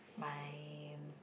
my